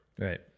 Right